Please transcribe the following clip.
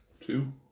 Two